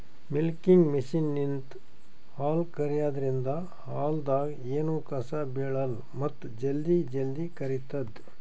milking ಮಷಿನ್ಲಿಂತ್ ಹಾಲ್ ಕರ್ಯಾದ್ರಿನ್ದ ಹಾಲ್ದಾಗ್ ಎನೂ ಕಸ ಬಿಳಲ್ಲ್ ಮತ್ತ್ ಜಲ್ದಿ ಜಲ್ದಿ ಕರಿತದ್